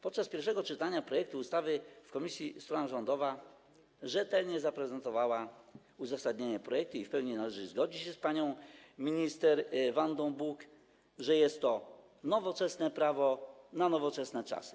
Podczas pierwszego czytania projektu ustawy w komisji strona rządowa rzetelnie zaprezentowała uzasadnienie projektu i w pełni należy zgodzić się z panią minister Wandą Buk, że jest to nowoczesne prawo na nowoczesne czasu.